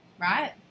right